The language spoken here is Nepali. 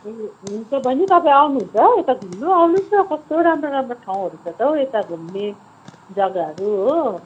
ए हुन्छ बहिनी तपाईँ आउनुहन्छु यता घुम्नु आउनुहोस् न कस्तो राम्रो राम्रो ठाउँहरू छ त हौ घुम्ने जग्गाहरू हो